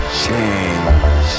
change